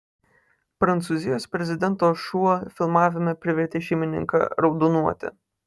prancūzijos prezidento šuo filmavime privertė šeimininką raudonuoti